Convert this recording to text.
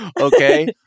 okay